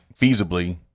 feasibly